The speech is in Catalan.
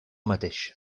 mateix